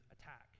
attack